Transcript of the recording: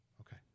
Okay